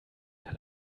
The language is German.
der